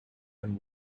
and